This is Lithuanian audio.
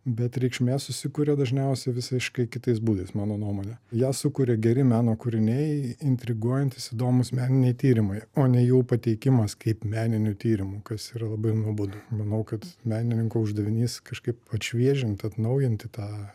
bet reikšmė susikuria dažniausiai visiškai kitais būdais mano nuomone ją sukuria geri meno kūriniai intriguojantys įdomūs meniniai tyrimai o ne jų pateikimas kaip meninių tyrimų kas yra labai nuobodu manau kad menininko uždavinys kažkaip atšviežinti atnaujinti tą